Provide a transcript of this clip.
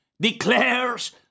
declares